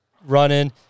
running